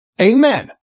Amen